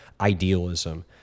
idealism